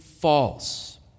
false